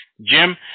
Jim